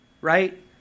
right